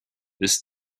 this